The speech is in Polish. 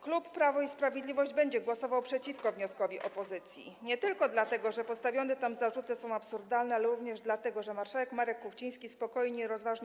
Klub Prawo i Sprawiedliwość będzie głosował przeciwko wnioskowi opozycji nie tylko dlatego, że postawione tam zarzuty są absurdalne, ale również dlatego, że marszałek Marek Kuchciński prowadzi obrady spokojnie i rozważnie.